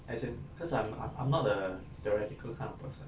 as in cause I'm I'm I'm not the theoretical kind of person